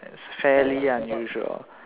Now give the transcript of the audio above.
fairly unusual